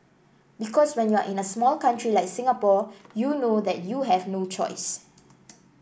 because when you are a small country like Singapore you know that you have no choice